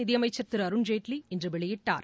நிதியமைச்சர் திரு அருண்ஜேட்லி இன்று வெளியிட்டார்